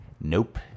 nope